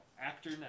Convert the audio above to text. Actor